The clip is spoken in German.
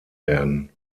werden